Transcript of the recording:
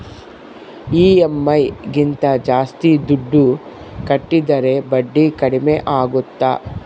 EMI ಗಿಂತ ಜಾಸ್ತಿ ದುಡ್ಡು ಕಟ್ಟಿದರೆ ಬಡ್ಡಿ ಕಡಿಮೆ ಆಗುತ್ತಾ?